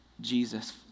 Jesus